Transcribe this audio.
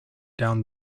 down